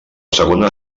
segona